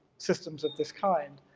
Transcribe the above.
systems of this kind.